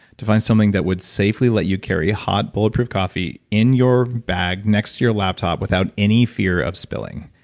to find something that would safely let you carry hot, bulletproof coffee, in your bag next to your laptop without any fear of spilling.